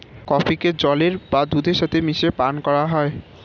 কফিকে জলের বা দুধের সাথে মিশিয়ে পান করা হয়